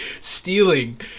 stealing